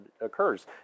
occurs